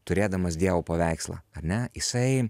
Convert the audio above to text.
turėdamas dievo paveikslą ar ne jisai